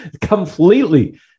completely